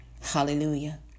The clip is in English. Hallelujah